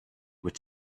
were